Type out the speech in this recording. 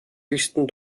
höchsten